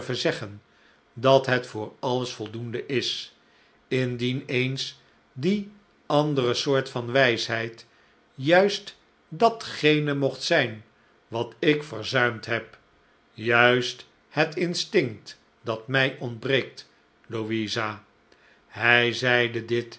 zeggen dat het voor alles voldoende is indien eens die andere soort van wijsheid juist datgene mocht zijn wat ik verzuirnd heb juist het instinct dat mij ontbreekt louisa hij zeide dit